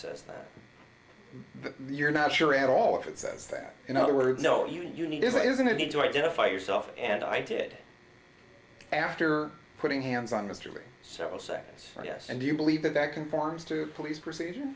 says that but you're not sure at all if it says that in other words no you need is it isn't it to identify yourself and i did after putting hands on history several seconds yes and do you believe that that conforms to police procedure